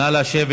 נא לשבת.